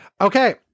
Okay